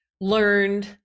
learned